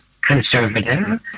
conservative